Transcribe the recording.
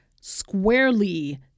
squarely